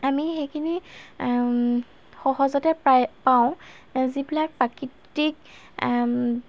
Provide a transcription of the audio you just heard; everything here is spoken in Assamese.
আমি সেইখিনি সহজতে প্ৰায় পাওঁ যিবিলাক প্ৰাকৃতিক